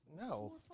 No